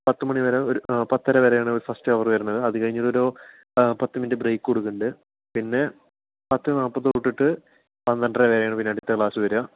പത്തുമണിവരെ ഒരു പത്തരവരെയാണ് ഒരു ഫസ്റ്റ് അവറ് വരുന്നത് അതു കഴിഞ്ഞ് ഒരു പത്തു മിനിറ്റ് ബ്രേക്ക് കൊടുക്കുന്നുണ്ട് പിന്നെ പത്ത് നാല്പത് തൊട്ടിട്ട് പന്ത്രണ്ടര വരെയാണ് പിന്നെ അടുത്ത ക്ലാസ്സ് വരിക